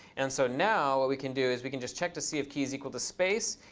and so now what we can do is we can just check to see if key is equal to space,